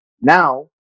Now